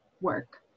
work